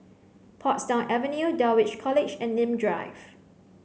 Portsdown Avenue Dulwich College and Nim Drive